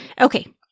Okay